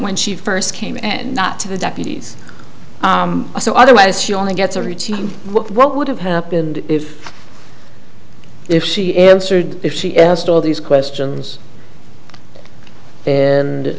when she first came and not to the deputies so otherwise she only gets a routine what would have happened if if she answered if she asked all these questions and